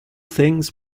things